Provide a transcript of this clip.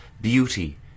beauty